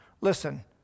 Listen